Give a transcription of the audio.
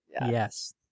Yes